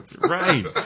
Right